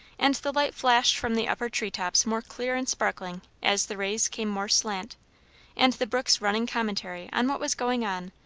and the light flashed from the upper tree-tops more clear and sparkling as the rays came more slant and the brook's running commentary on what was going on,